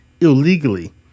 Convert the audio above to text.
illegally